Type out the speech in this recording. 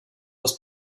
das